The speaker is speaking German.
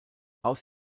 aus